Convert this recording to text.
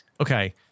Okay